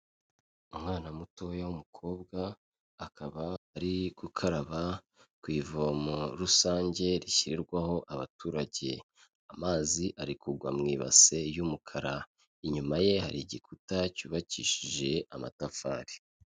Umwana mutoya w'umukobwa, akaba ari gukaraba ku ivomo rusange rishyirirwaho abaturage, amazi arikugwa mu ibase y'umukara, inyuma ye hari igikuta cyubakishije amatafari.